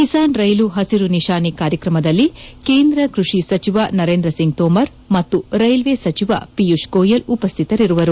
Kisan rail ಹಸಿರು ನಿಶಾನೆ ಕಾರ್ಯಕ್ರಮದಲ್ಲಿ ಕೇಂದ್ರ ಕ್ಪಡಿ ಸಚಿವ ನರೇಂದ್ರ ಸಿಂಗ್ ತೋಮರ್ ಮತ್ತು ರೈಲ್ವೆ ಸಚಿವ ಪಿಯೂಷ್ ಗೋಯಲ್ ಉಪಸ್ಥಿತರಿರುವರು